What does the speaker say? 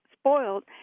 spoiled